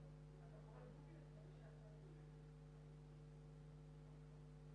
מודל גרמני כזה או אחר.